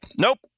nope